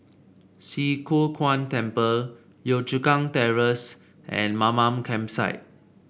Swee Kow Kuan Temple Yio Chu Kang Terrace and Mamam Campsite